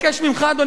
אדוני ראש הממשלה,